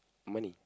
money